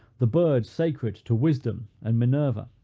the bird sacred to wisdom and minerva.